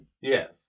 Yes